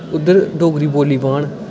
उद्धर डोगरी बोल्ली पाह्न